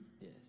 Yes